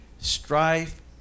strife